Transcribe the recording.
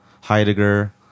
Heidegger